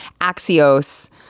Axios